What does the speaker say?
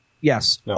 Yes